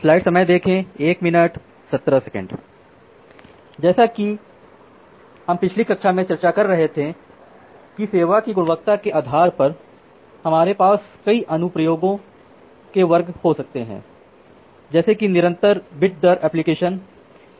इसलिए जैसा कि हम पिछली क्लास में चर्चा कर रहे थे कि सेवा की गुणवत्ता के आधार पर हमारे पास कई अनुप्रयोगों के वर्ग हो सकते है जैसे कि निरंतर बिट दर application constant bit rate application